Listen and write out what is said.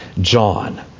John